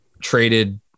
traded